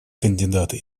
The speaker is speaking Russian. кандидаты